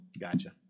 gotcha